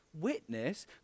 Witness